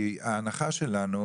כי ההנחה שלנו,